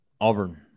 Auburn